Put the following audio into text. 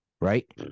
right